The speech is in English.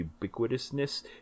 ubiquitousness